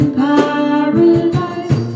paradise